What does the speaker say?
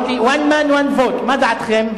אמרתיOne man, one vote , מה דעתכם?